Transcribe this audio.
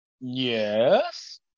Yes